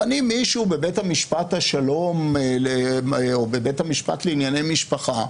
ממנים מישהו בבית המשפט השלום או בבית המשפט לענייני משפחה,